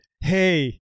Hey